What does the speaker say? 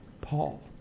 Paul